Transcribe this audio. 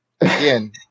again